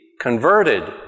converted